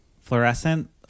fluorescent